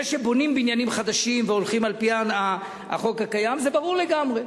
זה שבונים בניינים חדשים והולכים על-פי החוק הקיים זה ברור לגמרי.